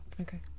Okay